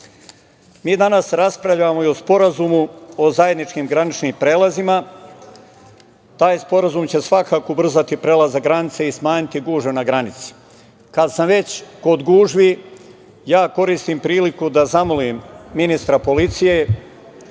danas raspravljamo i o Sporazumu o zajedničkim graničnim prelazima. Taj sporazum će svakako ubrzati prelazak granice i smanjiti gužve na granici. Kad sam već kod gužvi, ja koristim priliku da zamolim ministra policije,